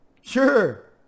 Sure